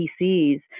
PCs